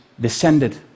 descended